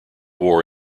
war